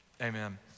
amen